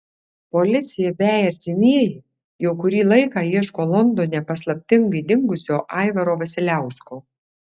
policija bei artimieji jau kurį laiką ieško londone paslaptingai dingusio aivaro vasiliausko